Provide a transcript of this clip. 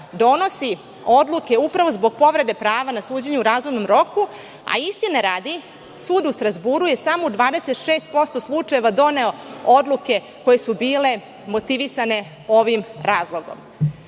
donosi odluke upravo zbog povrede prava na suđenje u razumnom roku. Istine radi, sud u Strazburu je samo u 26% slučajeva doneo odluke koje su bile motivisane ovim razlogom.